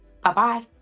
Bye-bye